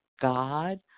God